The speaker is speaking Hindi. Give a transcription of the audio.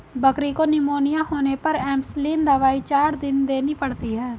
बकरी को निमोनिया होने पर एंपसलीन दवाई चार दिन देनी पड़ती है